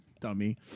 dummy